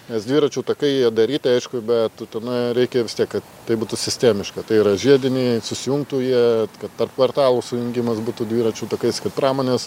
nes dviračių takai jie daryti aišku bet utenoje reikia vis tiek kad tai būtų sistemiška tai yra žiediniai susijungtų jie kad tarp kvartalų sujungimas būtų dviračių takais kad pramonės